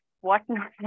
whatnot